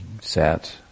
sat